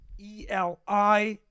ELI